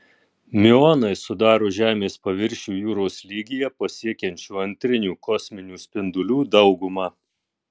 miuonai sudaro žemės paviršių jūros lygyje pasiekiančių antrinių kosminių spindulių daugumą